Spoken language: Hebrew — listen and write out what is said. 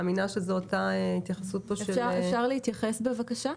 אפשר להתייחס בבקשה?